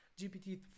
GPT